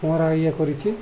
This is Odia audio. ମୋର ଇଏ କରିଛି